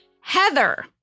Heather